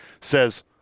says